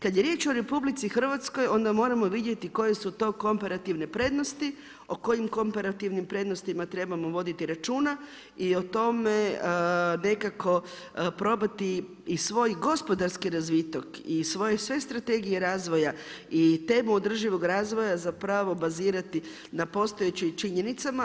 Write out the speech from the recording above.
Kad je riječ o RH onda moramo vidjeti koje su to komparativne prednosti, o kojim komparativnim prednostima trebamo voditi računa i o tome nekako probati i svoj gospodarski razvitak i svoje sve strategije razvoja i temu održivog razvoja zapravo bazirati na postojećim činjenicama.